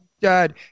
dad